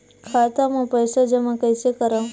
खाता म पईसा जमा कइसे करव?